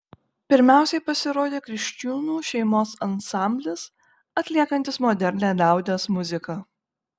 pirmiausiai pasirodė kriščiūnų šeimos ansamblis atliekantis modernią liaudies muziką